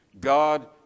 God